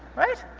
right?